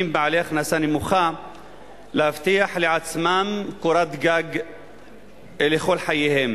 בעלי הכנסה נמוכה להבטיח לעצמם קורת גג לכל חייהם.